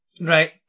Right